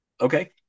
Okay